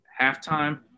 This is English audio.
Halftime